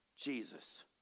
Jesus